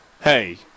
hey